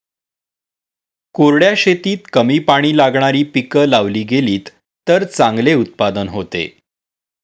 कोरड्या शेतीत कमी पाणी लागणारी पिकं लावली गेलीत तर चांगले उत्पादन होते